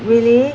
really